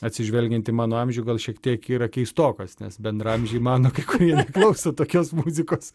atsižvelgiant į mano amžių gal šiek tiek yra keistokas nes bendraamžiai mano kai kurie klauso tokios muzikos